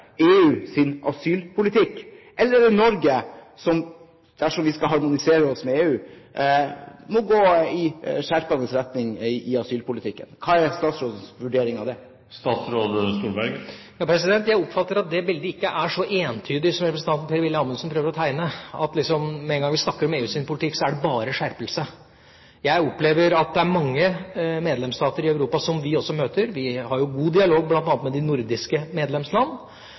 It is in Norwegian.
asylpolitikk? Eller er det Norge som, dersom vi skal harmonisere oss med EU, må gå i skjerpende retning i asylpolitikken? Hva er statsrådens vurdering av det? Jeg oppfatter at det bildet ikke er så entydig som representanten Per-Willy Amundsen prøver å tegne, at med en gang vi snakker om EUs politikk, er det bare skjerpelse. Jeg opplever at det er mange medlemsstater i Europa som vi også møter – vi har jo god dialog bl.a. med de nordiske medlemsland